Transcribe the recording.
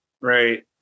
Right